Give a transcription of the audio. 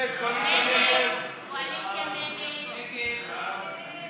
ההסתייגות